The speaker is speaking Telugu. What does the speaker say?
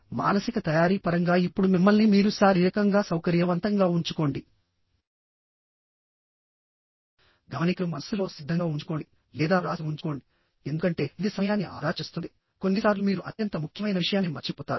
కాబట్టి మానసిక తయారీ పరంగా ఇప్పుడు మిమ్మల్ని మీరు శారీరకంగా సౌకర్యవంతంగా ఉంచుకోండి నోట్స్ మనస్సులో సిద్ధంగా ఉంచుకోండి లేదా వ్రాసి ఉంచుకోండిఎందుకంటే ఇది సమయాన్ని ఆదా చేస్తుంది కొన్నిసార్లు మీరు అత్యంత ముఖ్యమైన విషయాన్ని మరచిపోతారు